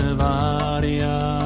varia